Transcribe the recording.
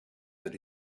that